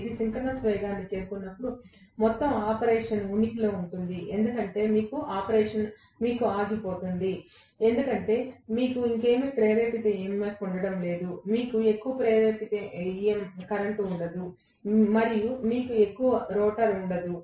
ఇది సింక్రోనస్ వేగానికి చేరుకున్నప్పుడు మొత్తం ఆపరేషన్ ఉనికిలో ఉంటుంది ఎందుకంటే ఇది మీకు ఆగిపోతుంది ఎందుకంటే మీకు ఇంకేమీ ప్రేరిత EMF ఉండడం లేదు మీకు ఎక్కువ ప్రేరిత కరెంట్ ఉండదు మరియు మీకు ఎక్కువ రోటర్ ఉండదు